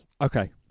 Okay